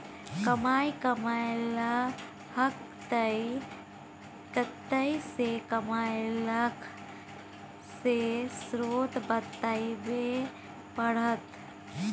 पाइ कमेलहक तए कतय सँ कमेलहक से स्रोत बताबै परतह